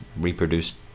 reproduced